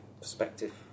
perspective